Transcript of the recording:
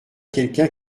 quelqu’un